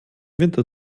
winter